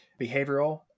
behavioral